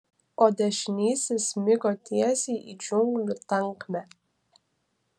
o dešinysis smigo tiesiai į džiunglių tankmę